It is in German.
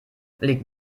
liegt